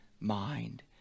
mind